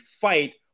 fight